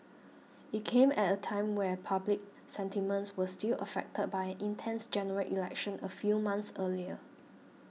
it came at a time when I public sentiments were still affected by an intense General Election a few months earlier